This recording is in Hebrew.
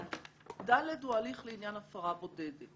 (ד) הוא הליך לעניין הפרה בודדת,